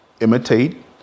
imitate